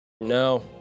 No